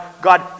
God